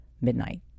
midnight